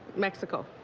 mexico.